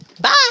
Bye